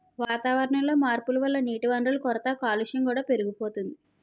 వాతావరణంలో మార్పుల వల్ల నీటివనరుల కొరత, కాలుష్యం కూడా పెరిగిపోతోంది